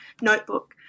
notebook